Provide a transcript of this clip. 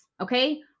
okay